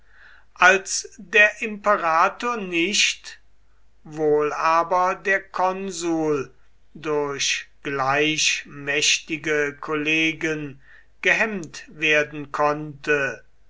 als der imperator nicht wohl aber der konsul durch gleich mächtige kollegen gehemmt werden konnte